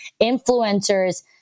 influencers